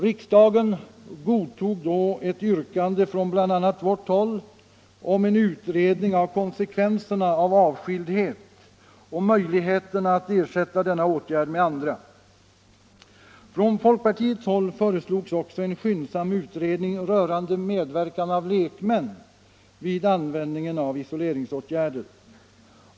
Riksdagen godtog då ett yrkande från bl.a. vårt håll om en utredning av konsekvenserna av avskildhet samt möjligheterna att ersätta denna åtgärd med andra. Från folkpartiets håll föreslogs också en skyndsam utredning rörande medverkan av lekmän vid användningen av isoleringsåtgärder.